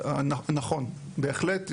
נכון בהחלט,